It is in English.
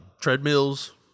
treadmills